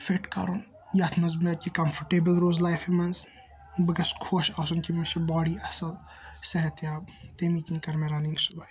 fit کَرُن یَتھ منٛز مےٚ کہِ کَمفٲٹیبٕل روزٕ لایِفہِ منٛز بہٕ گَژھہٕ خۄش آسُن کہِ مےٚ چھ باڈی اَصٕل صِحت یاب تمے کِنۍ کٔر مےٚ رَننگ صُبحٲے